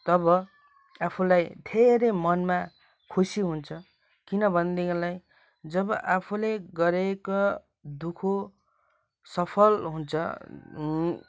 तब आफूलाई धेरै मनमा खुसी हुन्छ किनभनेदेखिलाई जब आफूले गरेको दुःख सफल हुन्छ